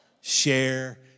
share